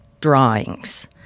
drawings